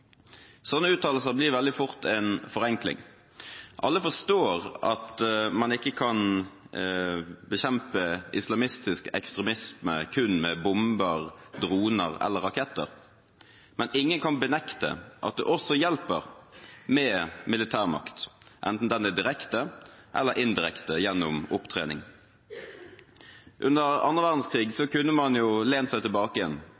Sånne uttalelser blir veldig fort en forenkling. Alle forstår at man ikke kan bekjempe islamistisk ekstremisme kun med bomber, droner eller raketter, men ingen kan benekte at det også hjelper med militærmakt, enten den er direkte eller indirekte, gjennom opptrening. Under annen verdenskrig kunne man lent seg tilbake igjen,